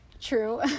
True